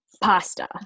Pasta